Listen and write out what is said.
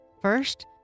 First